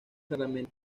raramente